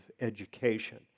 education